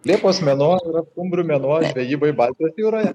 liepos mėnuo yra skumbrių mėnuo žvejybai baltijos jūroje